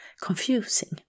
confusing